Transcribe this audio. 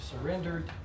surrendered